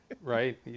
right